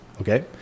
Okay